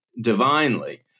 divinely